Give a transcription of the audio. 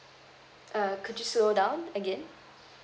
uh could you slow down again